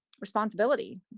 responsibility